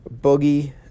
Boogie